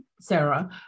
Sarah